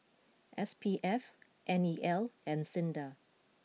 S P F N E L and Sinda